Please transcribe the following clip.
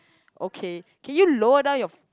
okay can you lower down your